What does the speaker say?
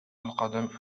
القدم